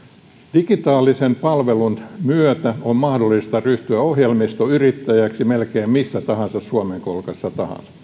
digitaalisen palvelun myötä on mahdollista ryhtyä ohjelmistoyrittäjäksi melkein missä tahansa suomen kolkassa